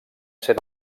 ser